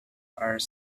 are